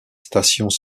stations